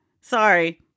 Sorry